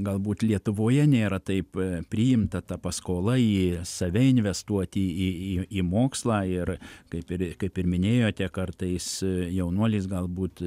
galbūt lietuvoje nėra taip priimta ta paskolaį save investuoti į į mokslą ir kaip ir kaip ir minėjote kartais jaunuolis galbūt